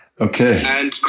okay